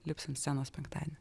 lips ant scenos penktadienį